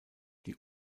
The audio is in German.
die